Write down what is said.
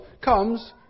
comes